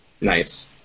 Nice